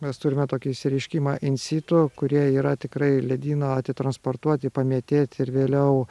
mes turime tokį išsireiškimą insitu kurie yra tikrai ledyno atitransportuoti pamėtėti ir vėliau